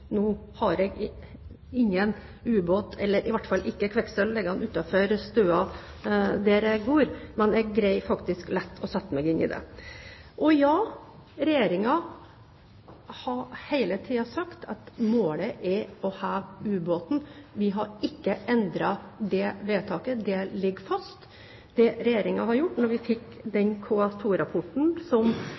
Jeg har ingen ubåt – og i hvert fall ikke kvikksølv – liggende utenfor støa der jeg bor, men jeg greier lett å sette meg inn i det. Regjeringen har hele tiden sagt at målet er å heve ubåten. Vi har ikke endret det vedtaket, det ligger fast.